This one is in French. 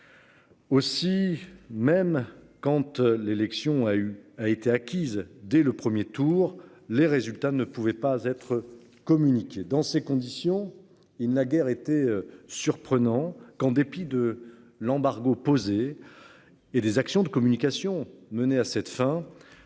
Aussi même quand tu l'élection a eu a été acquise dès le 1er tour, les résultats ne pouvait pas être communiqués dans ces conditions, il n'a guère été surprenant qu'en dépit de l'embargo. Et des actions de communication mené à cette fin.